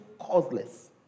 causeless